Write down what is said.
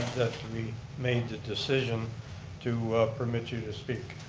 we made the decision to permit you to speak.